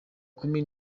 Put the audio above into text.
kumi